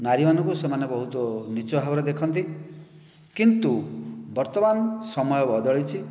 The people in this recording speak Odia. ନାରୀମାନଙ୍କୁ ସେମାନେ ବହୁତ ନୀଚ୍ଚ ଭାବରେ ଦେଖନ୍ତି କିନ୍ତୁ ବର୍ତ୍ତମାନ ସମୟ ବଦଳିଛି